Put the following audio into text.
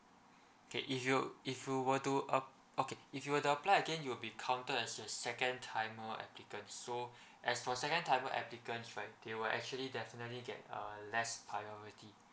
okay if you if you were to uh okay if you were to apply again you'll be counted as a second timer applicant so as for second timer applicants right they were actually definitely get uh less priority